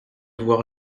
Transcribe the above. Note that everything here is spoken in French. voir